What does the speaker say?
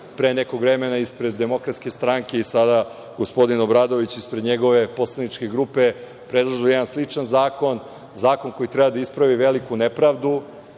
pre nekog vremena ispred DS i sada gospodin Obradović ispred njegove poslaničke grupe predlažem jedan sličan zakon, zakon koji treba da ispravi veliku nepravdu